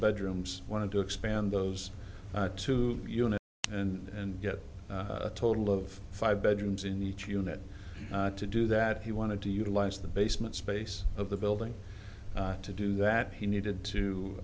bedrooms wanted to expand those two units and get a total of five bedrooms in each unit to do that he wanted to utilize the basement space of the building to do that he needed to